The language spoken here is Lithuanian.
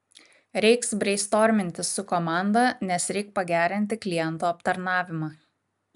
reiks breistorminti su komanda nes reik pagerinti klientų aptarnavimą